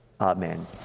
Amen